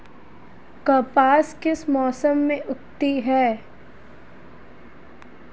कपास किस मौसम में उगती है?